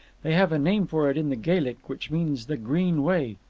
they have a name for it in the gaelic, which means the green way.